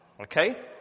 Okay